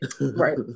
Right